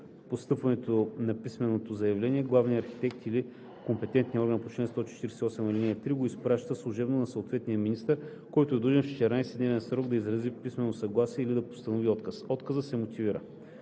постъпването на писменото заявление главният архитект или компетентният орган по чл. 148, ал. 3 го изпраща служебно на съответния министър, който е длъжен в 14-дневен срок да изрази писмено съгласие или да постанови отказ. Отказът се мотивира.“